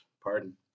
Pardon